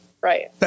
Right